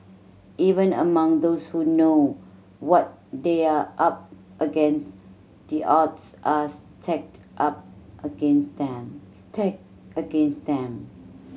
even among those who know what they are up against the odds are stacked a against them stacked against them